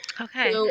Okay